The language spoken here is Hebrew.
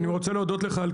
תודה.